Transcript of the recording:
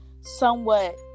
somewhat